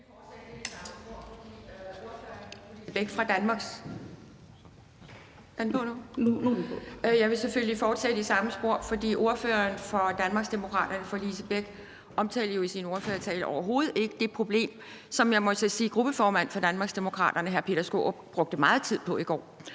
fortsætte i samme spor, fordi ordføreren for Danmarksdemokraterne, fru Lise Bech, omtalte jo i sin ordførertale overhovedet ikke det problem, som jeg så må sige gruppeformand for Danmarksdemokraterne, hr. Peter Skaarup, brugte meget tid på i går,